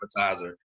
appetizer